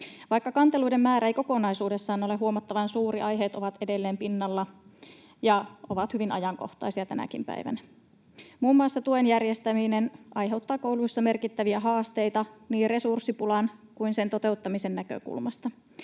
Vaikka kanteluiden määrä ei kokonaisuudessaan ole huomattavan suuri, aiheet ovat edelleen pinnalla ja ovat hyvin ajankohtaisia tänäkin päivänä. Muun muassa tuen järjestäminen aiheuttaa kouluissa merkittäviä haasteita niin resurssipulan kuin sen toteuttamisen näkökulmasta.